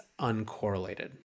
uncorrelated